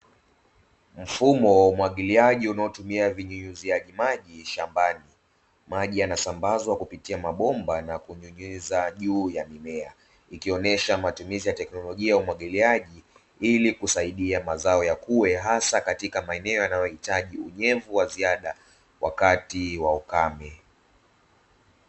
Mfumo wa umwagiliaji unaotumia vinyunyiziaji maji shambani, maji yanasambazwa kupitia mabomba na kunyunyizwa juu ya mimea, ikionyesha matumizi ya teknolojia ya umwagiliaji ili kusaidia mazao yakue hasa katika maeneo yanayohitaji unyevu wa ziada wakati wa ukame.